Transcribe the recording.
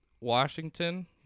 Washington